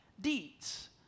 deeds